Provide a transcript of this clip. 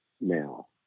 now